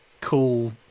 cool